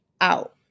out